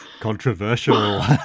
controversial